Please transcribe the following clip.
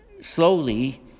slowly